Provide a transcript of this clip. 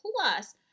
Plus